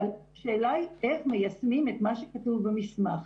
אבל השאלה היא איך מישימים את מה שכתוב במסמך.